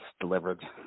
delivered